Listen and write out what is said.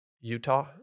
utah